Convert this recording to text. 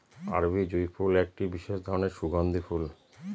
আরবি জুঁই ফুল একটি বিশেষ ধরনের সুগন্ধি ফুল